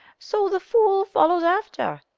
so the fool follows after.